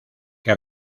que